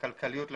כלכליות לפרויקט,